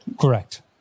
Correct